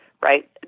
right